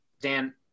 Dan